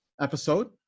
episode